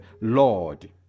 Lord